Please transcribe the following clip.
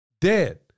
Dead